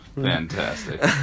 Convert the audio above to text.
Fantastic